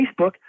Facebook